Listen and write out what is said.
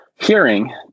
hearing